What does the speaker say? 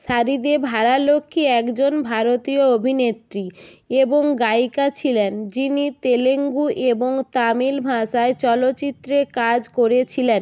সারিদে ভারালক্ষ্মী একজন ভারতীয় অভিনেত্রী এবং গায়িকা ছিলেন যিনি তেলেগু এবং তামিল ভাষার চলচ্চিত্রে কাজ করেছিলেন